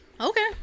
Okay